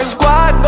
squad